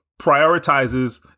prioritizes